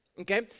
Okay